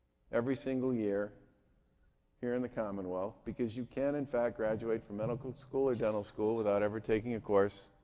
every single year here in the commonwealth because you can in fact graduate from medical school or dental school without ever taking a course